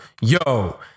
Yo